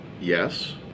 Yes